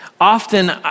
often